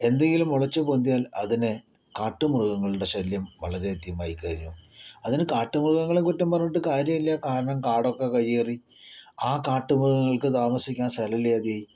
എന്തെങ്കിലും മുളച്ചു പൊന്തിയാൽ അതിനെ കാട്ടുമൃഗങ്ങളുടെ ശല്യം വളരെയധികമായിക്കഴിഞ്ഞു അതിനു കാട്ടുമൃഗങ്ങളെ കുറ്റം പറഞ്ഞിട്ടു കാര്യമില്ല കാരണം കാടൊക്കെ കയ്യേറി ആ കാട്ടുമൃഗങ്ങൾക്ക് താമസിക്കാൻ സ്ഥലമില്ലാതെ ആയി